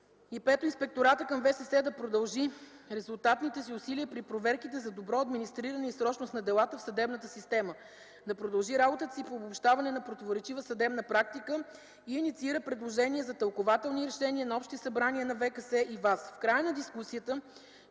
5. Инспекторатът към ВСС да продължи резултатните си усилия при проверките за добро администриране и срочност на делата в съдебната система. Да продължи работата си по обобщаване на противоречива съдебна практика и инициира предложения за тълкувателни решения на общите събрания на ВКС и ВАС. В края на дискусията